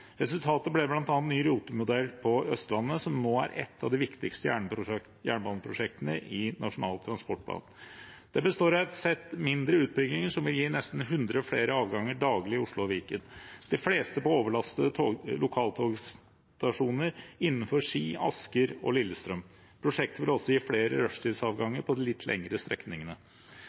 Resultatet ble bl.a. Ny rutemodell på Østlandet, som nå er et av de viktigste jernbaneprosjektene i Nasjonal transportplan. Det består av et sett mindre utbygginger som vil gi nesten 100 flere avganger daglig i Oslo og Viken, de fleste på overbelastede lokaltogstasjoner innenfor Ski, Asker og Lillestrøm. Prosjektet vil også gi flere rushtidsavganger på de litt lengre strekningene.